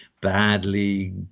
badly